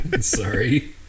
Sorry